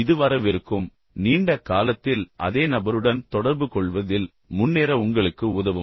இது வரவிருக்கும் நீண்ட காலத்தில் அதே நபருடன் தொடர்புகொள்வதில் முன்னேற உங்களுக்கு உதவும்